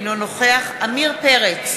אינו נוכח עמיר פרץ,